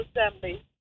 Assembly